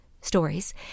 stories